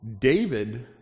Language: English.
David